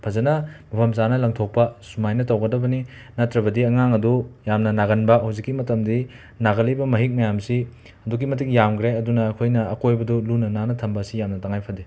ꯐꯖꯅ ꯃꯐꯝ ꯆꯥꯅ ꯂꯪꯊꯣꯛꯄ ꯁꯨꯃꯥꯏꯅ ꯇꯧꯒꯗꯕꯅꯤ ꯅꯠꯇ꯭ꯔꯕꯗꯤ ꯑꯉꯥꯡ ꯑꯗꯨ ꯌꯥꯝꯅ ꯅꯥꯒꯟꯕ ꯍꯧꯖꯤꯛꯀꯤ ꯃꯇꯝꯗꯤ ꯅꯥꯒꯜꯂꯤꯕ ꯃꯍꯤꯛ ꯃꯌꯥꯝꯁꯤ ꯑꯗꯨꯛꯀꯤ ꯃꯇꯤꯛ ꯌꯥꯝꯒ꯭ꯔꯦ ꯑꯗꯨꯅ ꯑꯩꯈꯣꯏꯅ ꯑꯀꯣꯏꯕꯗꯨ ꯂꯨꯅ ꯅꯥꯟꯅ ꯊꯝꯕ ꯑꯁꯤ ꯌꯥꯝꯅ ꯇꯉꯥꯏ ꯐꯗꯦ